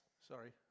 Sorry